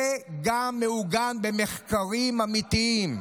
זה גם מעוגן במחקרים אמיתיים.